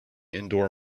indoor